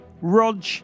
Rog